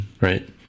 right